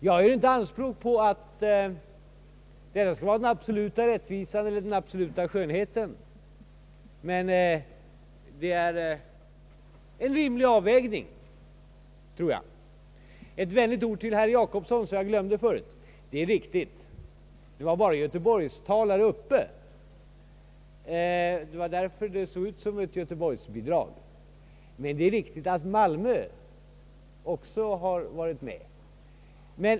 Jag gör inte anspråk på den absoluta rättvisan eller den absoluta skönheten, men det är en rimlig avvägning, tror jag. Ett vänligt ord till herr Jacobsson, som jag glömde förut. Det var bara göteborgstalare uppe, och därför såg det ut som ett göteborgsbidrag, men Malmö har också varit med.